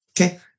Okay